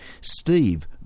Steve